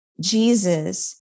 Jesus